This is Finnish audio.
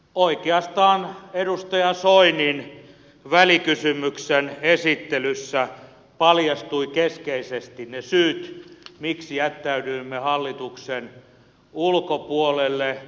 oikeastaan edustaja soinin välikysymyksen esittelyssä paljastuivat keskeisesti ne syyt miksi jättäydyimme hallituksen ulkopuolelle